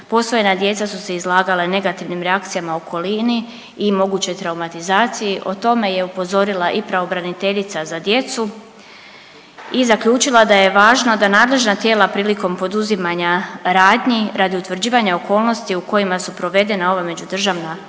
Posvojena djeca su se izlagala negativnim reakcijama okolini i mogućoj traumatizaciji. O tome je upozorila i pravobraniteljica za djecu i zaključila da je važno da nadležna tijela prilikom poduzimanja radnji radi utvrđivanja okolnosti u kojima su provedena ova međudržavna